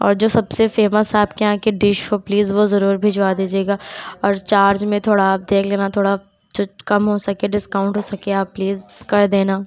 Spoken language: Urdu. اور جو سب سے فیمس آپ کے یہاں کی ڈش ہو پلیز وہ ضرور بھجوا دیجیے گا اور چارج میں تھوڑا آپ دیکھ لینا تھوڑا جو كم ہو سكے ڈسكاؤنٹ ہو سكے آپ پلیز كر دینا